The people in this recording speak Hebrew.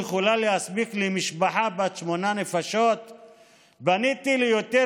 שאלנו: למה אתם